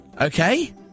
Okay